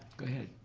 go ahead.